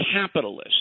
capitalist